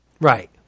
Right